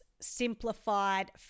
simplified